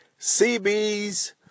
CB's